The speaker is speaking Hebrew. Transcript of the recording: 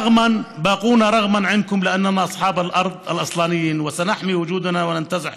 (אומר בערבית: אנחנו נישאר פה על אפכם ועל חמתכם,